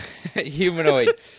Humanoid